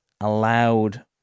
allowed